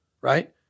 right